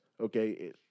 okay